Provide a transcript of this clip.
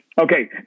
Okay